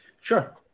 Sure